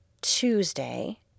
Tuesday